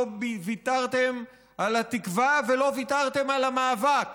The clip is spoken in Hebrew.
ויתרתם על התקווה ולא ויתרתם על המאבק,